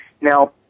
Now